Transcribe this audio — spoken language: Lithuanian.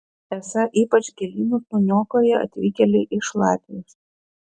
esą ypač gėlynus nuniokoja atvykėliai iš latvijos